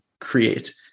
create